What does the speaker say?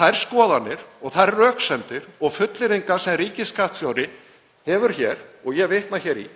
þær skoðanir og þær röksemdir og fullyrðingar sem ríkisskattstjóri hefur hér, og ég vitna í,